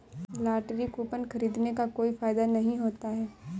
lottery coupon खरीदने का कोई फायदा नहीं होता है